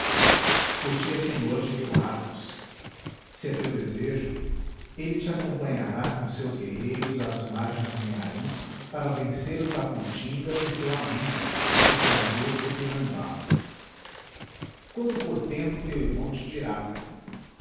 é senhor de mil arcos se é teu desejo ele te acompanhará com seus guerreiros às margens do mearim para vencer o tapuitinga e seu amigo o traidor tupinambá quando for tempo teu irmão te dirá